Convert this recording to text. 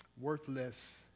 worthless